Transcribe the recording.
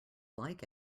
like